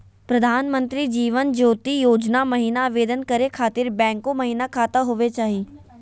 प्रधानमंत्री जीवन ज्योति योजना महिना आवेदन करै खातिर बैंको महिना खाता होवे चाही?